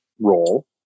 role